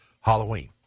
Halloween